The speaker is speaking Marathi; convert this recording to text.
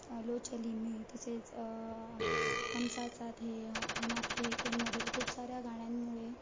लो चली मै तसेच हम साथ साथ है हम आप के है कोन मधील खूप साऱ्या गाण्यांमुळे